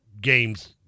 games